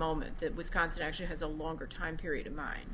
moment that wisconsin actually has a longer time period in mind